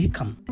come